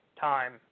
time